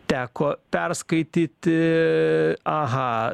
teko perskaityti aha